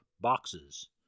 boxes